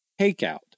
takeout